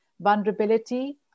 vulnerability